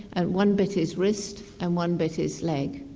and one bit his wrist and one bit his leg.